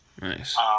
Nice